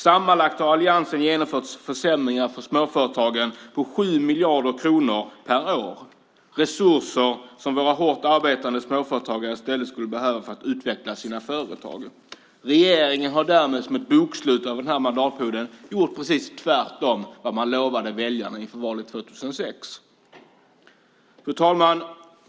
Sammanlagt har alliansen genomfört försämringar för småföretagen på 7 miljarder kronor per år. Det är resurser som våra hårt arbetande småföretagare i stället skulle behöva för att utveckla sina företag. Regeringen har därmed som ett bokslut över den här mandatperioden gjort precis tvärtom mot vad man lovade väljarna inför valet 2006. Fru talman!